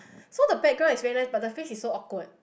so the background is very nice but the face is so awkward